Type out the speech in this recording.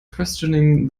questioning